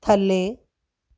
ਥੱਲੇ